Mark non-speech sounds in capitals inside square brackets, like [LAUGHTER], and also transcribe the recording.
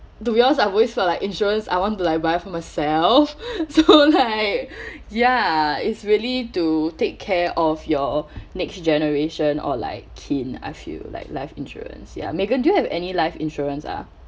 to be honest I always felt like insurance I want to like buy for myself [BREATH] so [LAUGHS] like [BREATH] ya it is really to take care of your next generation or like kin I feel like life insurance ya megan do you have any life insurance ah